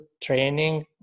training